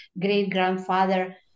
great-grandfather